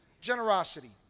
Generosity